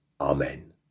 Amen